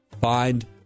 find